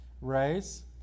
race